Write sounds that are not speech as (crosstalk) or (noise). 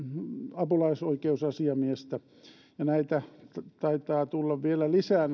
apulaisoikeusasiamiestä ja näitä valtuutettuja taitaa tulla vielä lisää (unintelligible)